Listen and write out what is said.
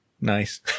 Nice